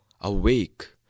awake